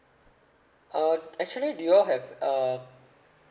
uh actually do you all have uh